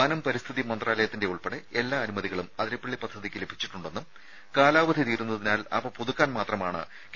വനം പരിസ്ഥിതി മന്ത്രാലയത്തിന്റെ ഉൾപ്പെടെ എല്ലാ അനുമതികളും അതിരപ്പള്ളി പദ്ധതിയ്ക്ക് ലഭിച്ചിട്ടുണ്ടെന്നും കാലാവധി തീരുന്നതിനാൽ അവ പുതുക്കാൻ മാത്രമാണ് കെ